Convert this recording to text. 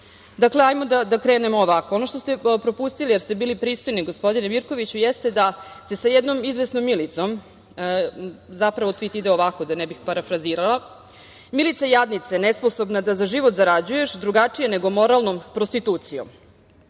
je. Dakle, hajmo da krenemo ovako. Ono što ste propustili, jer ste bili pristojni, gospodine Mirkoviću, jeste da se sa jednom izvesnom Milicom, zapravo tvit ide ovako, da ne bih parafrazirala – Milice, jadnice, nesposobna da za život zarađuješ drugačije nego moralnom prostitucijom